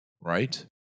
right